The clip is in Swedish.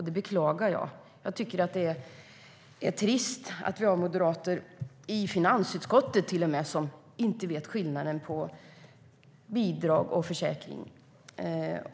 Det är trist att det finns moderater till och med i finansutskottet som inte vet vad det är för skillnad.